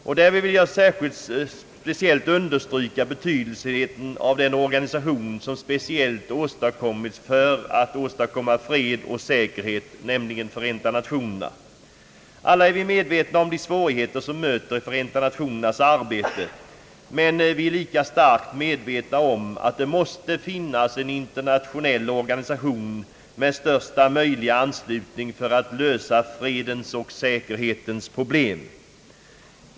Jag vill i detta fall särskilt understryka betydelsen av den organisation som speciellt skapats för att åstadkomma fred och säkerhet, nämligen Förenta Nationerna. Alla är vi medvetna om de svårigheter som möter Förenta Nationernas arbete, men vi är lika starkt medvetna om att det måste finnas en internationell organisation med största möjliga anslutning för att lösa fredens och säkerhetens problem.